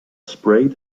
sprayed